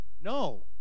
No